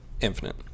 infinite